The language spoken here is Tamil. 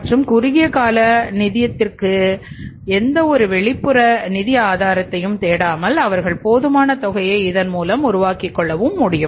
மற்றும் குறுகிய கால நிதியநிதியத்திற்கு ஆக எந்தவொரு வெளிப்புற நிதி ஆதாரத்தை தேடாமல் அவர்கள் போதுமான தொகையை இதன் மூலம் உருவாக்கிக்கொள்ள முடியும்